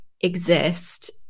exist